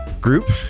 group